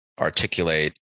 articulate